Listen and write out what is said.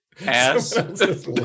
Ass